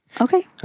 Okay